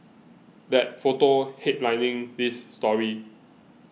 that photo headlining this story